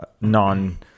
non